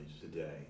today